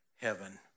heaven